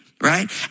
right